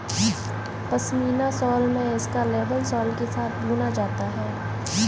pashmina shawl में इसका label सोल के साथ बुना जाता है